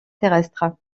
terrestres